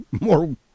more